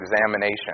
examination